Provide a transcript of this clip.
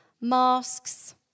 Masks